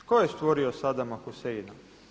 Tko je stvorio Sadama Huseina?